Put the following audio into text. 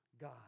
God